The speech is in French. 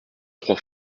trois